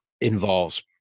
involves